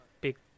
big